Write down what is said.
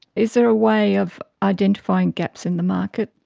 is there a way of identifying gaps in the market?